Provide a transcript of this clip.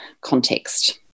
context